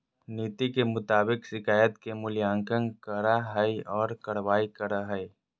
नीति के मुताबिक शिकायत के मूल्यांकन करा हइ और कार्रवाई करा हइ